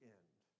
end